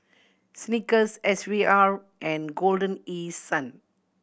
Snickers S V R and Golden East Sun